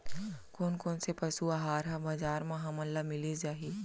कोन कोन से पसु आहार ह बजार म हमन ल मिलिस जाही?